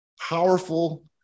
Powerful